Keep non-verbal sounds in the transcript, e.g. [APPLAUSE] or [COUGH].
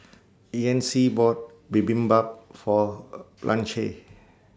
Yancy bought Bibimbap For [HESITATION] Blanche